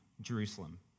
Jerusalem